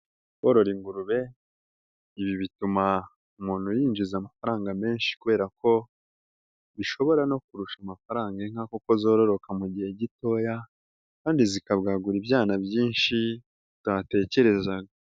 Korora ingurube ibi bituma umuntu yinjiza amafaranga menshi kubera ko bishobora no kurusha amafaranga inka kuko zororoka mu gihe gitoya kandi zikabwagura ibyana byinshi utatekerezaga.